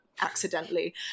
accidentally